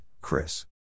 Chris